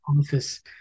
office